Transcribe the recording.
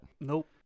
Nope